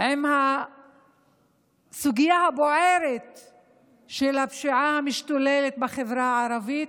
עם הסוגיה הבוערת של הפשיעה המשתוללת בחברה הערבית?